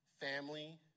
family